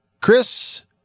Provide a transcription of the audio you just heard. chris